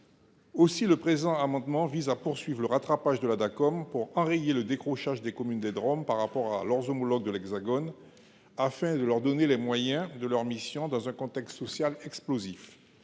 Aussi cet amendement vise t il à poursuivre le rattrapage de la Dacom et à enrayer le décrochage des communes des Drom par rapport à leurs homologues de l’Hexagone, afin de leur donner les moyens de leurs missions dans un contexte social explosif.